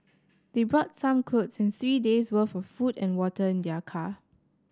they brought some clothes and three days' worth of food and water in their car